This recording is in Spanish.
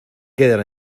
quedan